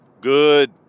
Good